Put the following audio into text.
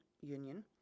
Union